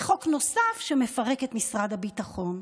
וחוק נוסף שמפרק את משרד הביטחון.